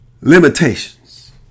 limitations